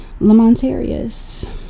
Lamontarius